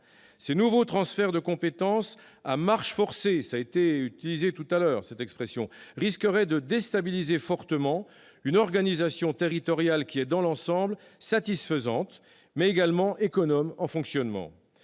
ces nouveaux transferts de compétences à marche forcée- cette expression a été prononcée précédemment !- risqueraient de déstabiliser fortement une organisation territoriale qui est, dans l'ensemble, satisfaisante, mais également économe en fonctionnement.